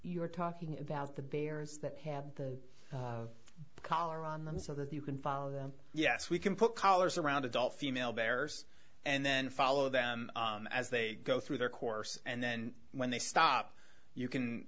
were talking about the bears that have the collar on them so that you can follow them yes we can put collars around adult female bearers and then follow them as they go through their course and then when they stop you can